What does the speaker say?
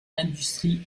industrie